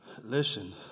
listen